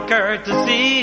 courtesy